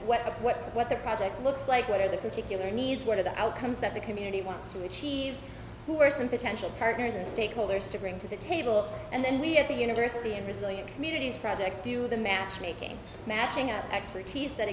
what what what the project looks like what are the particular needs what are the outcomes that the community wants to achieve who are some potential partners and stakeholders to bring to the table and then we at the university and resilient communities project do the matchmaking matching up expertise that